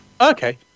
Okay